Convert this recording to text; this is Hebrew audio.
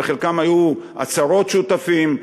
בחלקם היו עשרות שותפים.